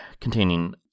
containing